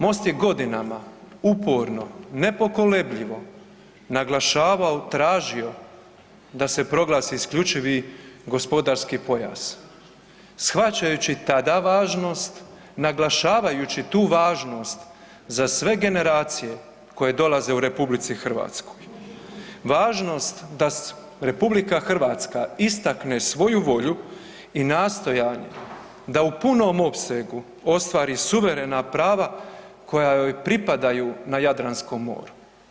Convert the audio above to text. Most je godinama uporno, nepokolebljivo naglašavao, tražio da se proglasi IGP, shvaćajući tada važnost, naglašavajući tu važnost za sve generacije koje dolaze u RH. važnost da RH istakne svoju volju i nastojanje da u punom opsegu ostvari suverena prava koja joj pripadaju na Jadranskom moru.